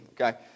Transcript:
okay